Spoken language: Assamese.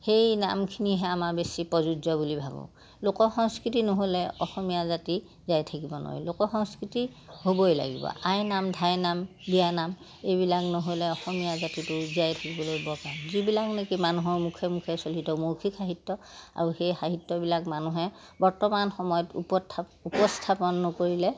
সেই নামখিনিহে আমাৰ বেছি প্ৰযোজ্য বুলি ভাবোঁ লোক সংস্কৃতি নহ'লে অসমীয়া জাতি জীয়াই থাকিব নোৱাৰি লোক সংস্কৃতি হ'বই লাগিব আই নাম ধাই নাম বিয়ানাম এইবিলাক নহ'লে অসমীয়া জাতিটো জীয়াই থাকিবলৈ বৰ টান যিবিলাক নেকি মানুহৰ মুখে মুখে চলিত মৌখিক সাহিত্য আৰু সেই সাহিত্যবিলাক মানুহে বৰ্তমান সময়ত উপস্থাপন নকৰিলে